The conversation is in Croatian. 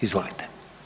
Izvolite.